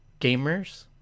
gamers